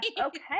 okay